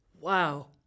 Wow